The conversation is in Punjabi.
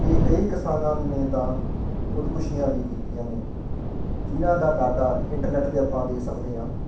ਕਿ ਕਈ ਕਿਸਾਨਾਂ ਨੇ ਤਾਂ ਖੁਦਕੁਸ਼ੀਆਂ ਵੀ ਕੀਤੀਆਂ ਨੇ ਜਿਹਨਾਂ ਦਾ ਡਾਟਾ ਇੰਟਰਨੈਟ 'ਤੇ ਆਪਾਂ ਦੇਖ ਸਕਦੇ ਹਾਂ